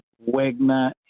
Wagner